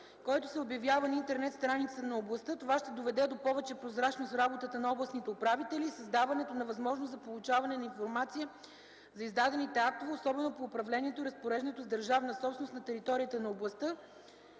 който се обявява на интернет страницата на областта. Това ще доведе до повече прозрачност в работата на областните управители и създаването на възможност за получаване на информация за издадените актове, особено по управлението и разпореждането с държавна собственост на територията на областта.